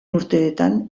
urteetan